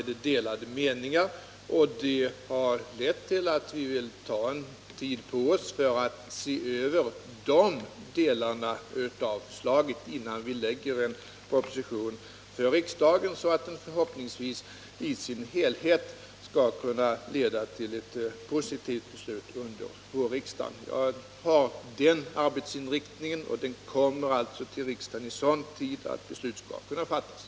Detta harlett till att vi vill ta en viss tid på oss för att se över dessa delar av förslagen, innan vi för riksdagen framlägger en proposition som i sin helhet förhoppningsvis skall kunna leda till ett positivt beslut under vårriksdagen. Det är den arbetsinriktningen jag har.